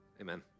Amen